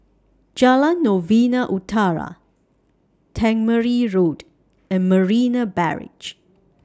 Jalan Novena Utara Tangmere Road and Marina Barrage